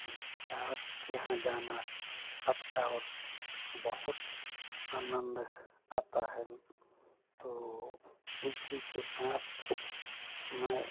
रिश्तेदार के यहाँ जाना अति बहुत आनंद आता है तो इसी के साथ मैं